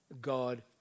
God